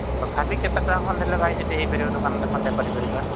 ତଥାପି କେତେ ଟଙ୍କା ଖଣ୍ଡେ ହେଲେ ଭାଇ ସେଠି ହୋଇପାରିବ ଦୋକାନଟା ଖଣ୍ଡେ କରି ପାରିବା